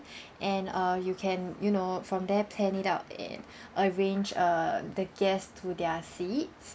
and uh you can you know from there plan it out and arrange uh the guests to their seats